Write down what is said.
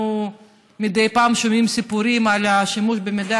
מדי פעם אנחנו שומעים סיפורים על שימוש במידע